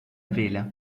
vela